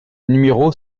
numéro